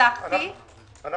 אם